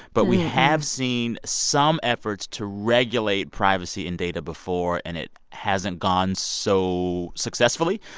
but we have seen some efforts to regulate privacy and data before, and it hasn't gone so successfully.